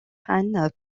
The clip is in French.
han